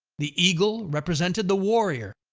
the eagle represented the warrior,